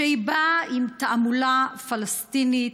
שבאה עם תעמולה פלסטינית.